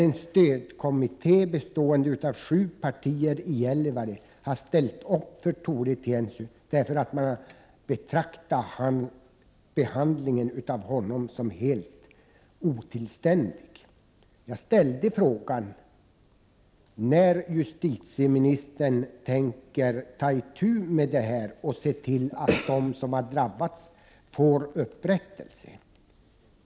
En stödkommitté bestående av representanter för sju partier i Gällivare har ställt upp för Tore Tiensuu därför att de betraktar behandlingen av honom som helt otillständig. Jag frågade justitieministern när hon tänker ta itu med detta och se till att de som har drabbats får upprättelse.